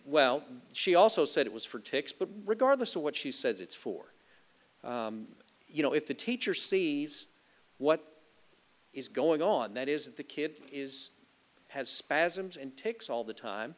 well she also said it was for ticks but regardless of what she says it's for you know if the teacher sees what is going on that is that the kid is has spasms and takes all the time